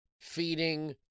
feeding